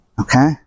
okay